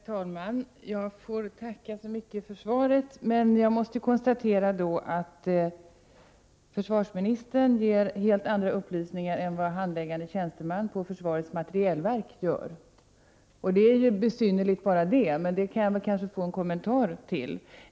Herr talman! Jag får tacka så mycket för svaret. Men jag måste konstatera att försvarsministern ger helt andra upplysningar än vad handläggande tjänsteman på försvarets materielverk ger. Det är ju besynnerligt, men det kan jag kanske få en kommentar till.